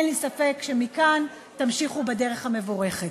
אין לי ספק שמכאן תמשיכו בדרך המבורכת.